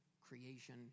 creation